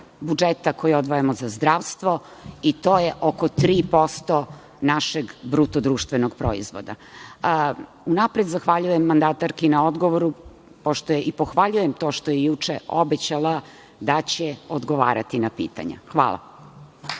budžeta koji odvajamo za zdravstvo i to je oko 3% našeg BDP.Unapred zahvaljujem mandatarki na odgovoru. Pohvaljujem to što je juče obećala da će odgovarati na pitanja. Hvala.